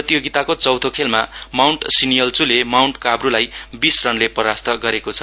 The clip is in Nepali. प्रतियोगिताको चौथो खेलमा माउण्ट सिनियल्चुले माउण्ट काव्रुलाई बीस रनले परास्त गरेको छ